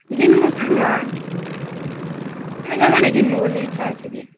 ଘିନିବୁ ସାମାନ୍ ତମେ କାଁଣ କାଁଣ ବୋଲି ଇଚ୍ଛା ଅଛି କି